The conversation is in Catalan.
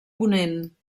ponent